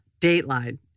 dateline